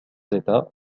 état